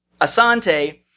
Asante